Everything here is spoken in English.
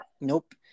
Nope